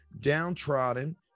downtrodden